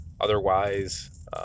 otherwise